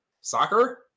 soccer